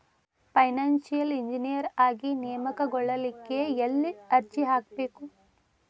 Financial engineer ಆಗಿ ನೇಮಕಗೊಳ್ಳಿಕ್ಕೆ ಯೆಲ್ಲಿ ಅರ್ಜಿಹಾಕ್ಬೇಕು?